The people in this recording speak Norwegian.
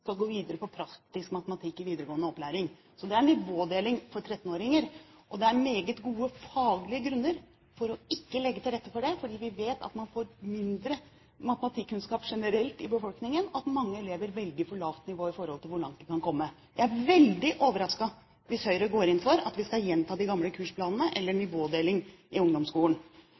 skal gå videre på praktisk matematikk i videregående opplæring. Så det er nivådeling for 13-åringer. Og det er meget gode faglige grunner for ikke å legge til rette for det, fordi vi vet at man får mindre matematikkunnskap generelt i befolkningen, og at mange elever velger for lavt nivå i forhold til hvor langt de kan komme. Jeg er veldig overrasket hvis Høyre går inn for at vi skal gjenta de gamle kursplanene eller nivådeling i ungdomsskolen.